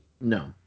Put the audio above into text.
No